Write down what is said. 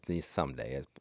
someday